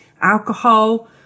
alcohol